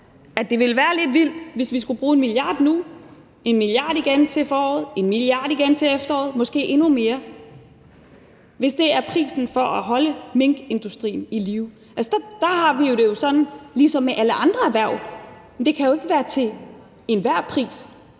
at det ville være lidt vildt, hvis vi skulle bruge 1 mia. kr. nu, 1 mia. kr. igen til foråret, 1 mia. kr. igen til efteråret og måske endnu mere, altså hvis det er prisen for at holde minkindustrien i live. Altså, der har vi det jo sådan – ligesom med alle andre erhverv – at det jo ikke kan være for enhver pris.